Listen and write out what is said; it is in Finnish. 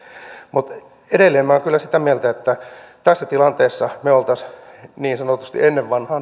mutta edelleen olen kyllä sitä mieltä että tässä tilanteessa me olisimme ennen vanhaan